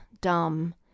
dumb